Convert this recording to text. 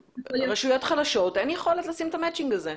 לרשויות חלשות אין יכולת לשים את המצ'ינג הזה.